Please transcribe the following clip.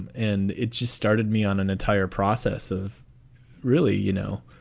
and and it just started me on an entire process of really, you know,